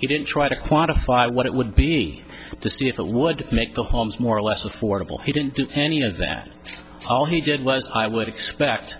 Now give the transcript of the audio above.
he didn't try to quantify what it would be to see if it would make the homes more or less affordable he didn't do any of that all he did was i would expect